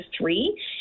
three